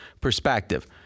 perspective